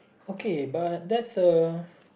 okay but that's a